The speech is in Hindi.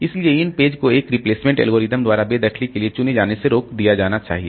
इसलिए इन पेज को एक रिप्लेसमेंट एल्गोरिदम द्वारा बेदखली के लिए चुने जाने से रोक दिया जाना चाहिए